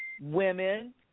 women